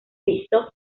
visto